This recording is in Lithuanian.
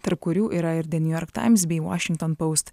tarp kurių yra ir de niujork taims bei o vašington paust